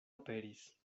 aperis